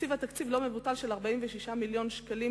הקציבה תקציב לא מבוטל של 46 מיליון שקלים